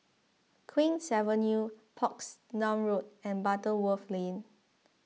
Queen's Avenue Portsdown Road and Butterworth Lane